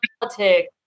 politics